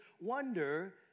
wonder